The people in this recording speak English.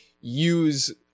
use